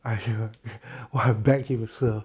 I should have want to beg him 一次 hor